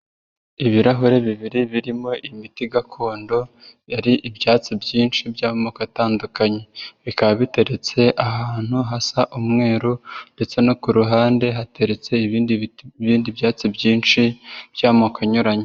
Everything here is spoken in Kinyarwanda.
Ibirahure bibiri birimo imiti gakondo yari ibyatsi byinshi by'amoko atandukanye, bikaba biteretse ahantu hasa umweru ndetse no ku ruhande hateretse ibindi biti ibindi byatsi byinshi by'amoko anyuranye.